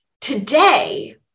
today